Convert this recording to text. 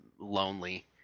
lonely